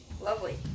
lovely